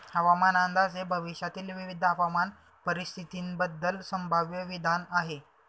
हवामान अंदाज हे भविष्यातील विविध हवामान परिस्थितींबद्दल संभाव्य विधान आहे